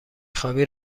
خوابی